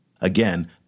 again